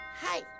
Hi